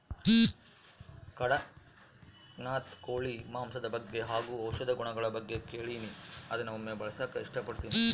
ಕಡಖ್ನಾಥ್ ಕೋಳಿ ಮಾಂಸದ ಬಗ್ಗೆ ಹಾಗು ಔಷಧಿ ಗುಣಗಳ ಬಗ್ಗೆ ಕೇಳಿನಿ ಅದ್ನ ಒಮ್ಮೆ ಬಳಸಕ ಇಷ್ಟಪಡ್ತಿನಿ